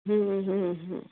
হুম হুম হুম